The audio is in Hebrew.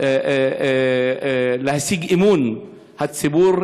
להשיג את אמון הציבור,